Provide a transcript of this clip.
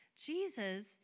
Jesus